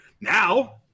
now